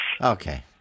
Okay